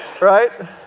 Right